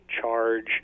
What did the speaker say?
charge